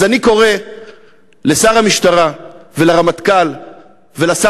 אז אני קורא לשר המשטרה ולרמטכ"ל ולשר